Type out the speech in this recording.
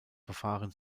verfahren